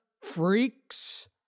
Freaks